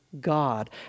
God